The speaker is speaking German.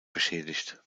beschädigt